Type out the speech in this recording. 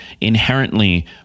inherently